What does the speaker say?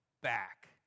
back